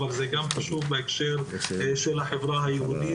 אבל זה גם חשוב בהקשר של החברה היהודית